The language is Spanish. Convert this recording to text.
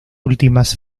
últimas